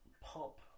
pop